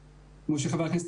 אני יו"ר תא מרצ,